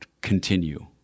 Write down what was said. continue